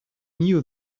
knew